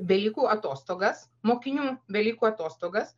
velykų atostogas mokinių velykų atostogas